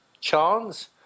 chance